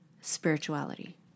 spirituality